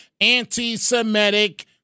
anti-Semitic